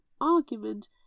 argument